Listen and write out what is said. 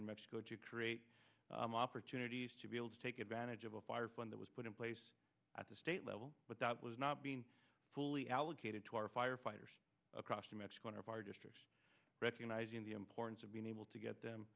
in mexico to create opportunities to be able to take advantage of a fire plan that was put in place at the state level but that was not being fully allocated to our firefighters across to mexico in our fire district recognizing the importance of being able to get them